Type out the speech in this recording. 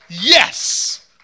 Yes